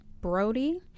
Brody